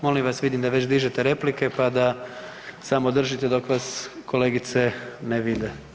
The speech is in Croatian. Molim vas, vidim da već dižete replike pa da samo držite dok vas kolegice ne vide.